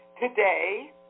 today